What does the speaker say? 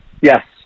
Yes